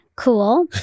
cool